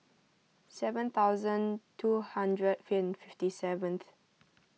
seven thousand two hundred finn fifty seventh